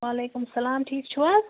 وعلیکُم السَلام ٹھیٖک چھُو حظ